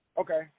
Okay